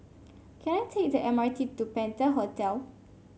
can I take the M R T to Penta Hotel